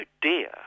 dear